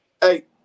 hey